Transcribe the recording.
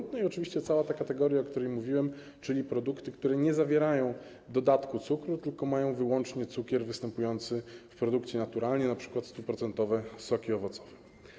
I oczywiście cała ta kategoria, o której mówiłem, czyli produkty, które nie zawierają dodatku cukru, tylko mają wyłącznie cukier występujący w produkcie naturalnie np. 100-procentowe soki owocowe.